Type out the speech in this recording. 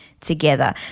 together